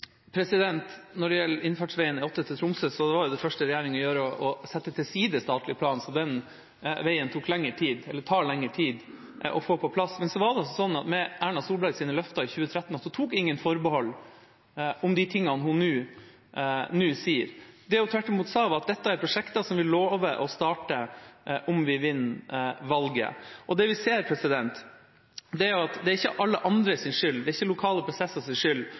side statlig plan, så den veien tar lengre tid å få på plass. Men Erna Solbergs løfter i 2013 tok ingen forbehold om det hun nå sier. Det hun tvert imot sa, var at dette er prosjekter som vi lover å starte om vi vinner valget. Det er ikke alle andres skyld, det er ikke lokale prosessers skyld når vi ser at Høyre har levert 0 av 5 mrd. kr i løftene sine. Høyre må ta ansvar for egne løfter. Jeg kan forstå at